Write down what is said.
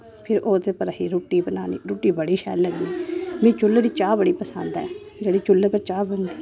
फिर ओह्दे पर असें रुट्टी बनानी रुट्टी बड़ी शैल लग्गनी मीं चुल्लड़ चाह् बड़ी पसंद ऐ जेह्ड़ी चुल्ले पर चाह् बनदी